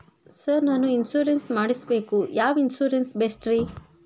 Sir ನಾನು insurance ಮಾಡಿಸಬೇಕು ಯಾವ ಇನ್ಶೂರೆನ್ಸ್ ಬೆಸ್ಟ್ರಿ?